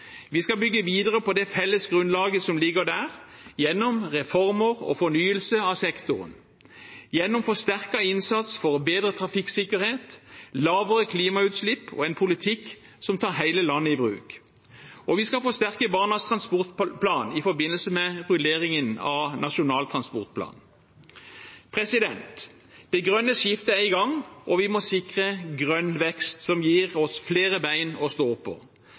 Vi skal bygge videre på det felles grunnlaget som ligger der, gjennom reformer og fornyelse av sektoren, gjennom forsterket innsats for å bedre trafikksikkerheten, lavere klimagassutslipp og en politikk som tar hele landet i bruk. Og vi skal forsterke Barnas transportplan i forbindelse med rulleringen av Nasjonal transportplan. Det grønne skiftet er i gang, og vi må sikre grønn vekst som gir oss flere bein å stå på.